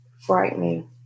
frightening